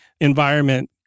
environment